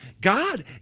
God